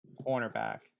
cornerback